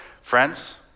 friends